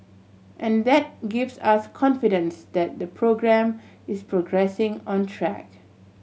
and that gives us confidence that the programme is progressing on track